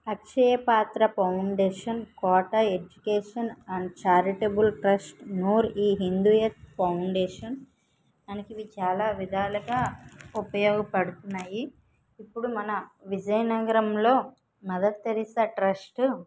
Akshaya Patra foundation Kota education and charitable trust నోర్ ఏ హిందూయన్ ఫౌండేషన్ మనకి ఇవి చాలా విధాలుగా ఉపయోగపడుతున్నాయి ఇప్పుడు మన విజయనగరంలో మదర్తెరిస్సా ట్రస్ట్